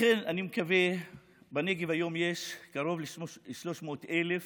בנגב יש היום קרוב ל-300,000 תושבים,